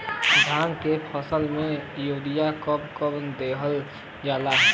धान के फसल में यूरिया कब कब दहल जाला?